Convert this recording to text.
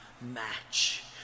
match